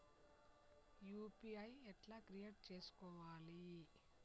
UPI ఎట్లా create చేసుకోవాలి?